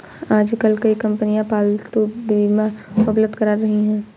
आजकल कई कंपनियां पालतू बीमा उपलब्ध करा रही है